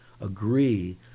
agree